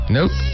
Nope